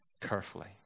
carefully